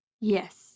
Yes